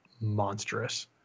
monstrous